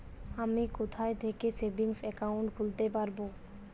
আমি কোথায় থেকে সেভিংস একাউন্ট খুলতে পারবো?